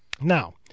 Now